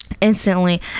instantly